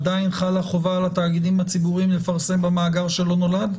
עדיין חלה חובה על התאגידים הציבוריים לפרסם במאגר שלא נולד?